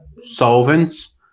solvents